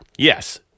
Yes